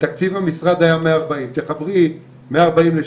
ותקציב המשרד היה מאה ארבעים.